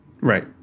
Right